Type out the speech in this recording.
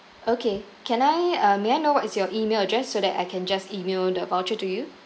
okay can I uh may I know what is your email address so that I can just email the voucher to you